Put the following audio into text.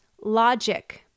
logic